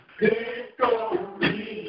victory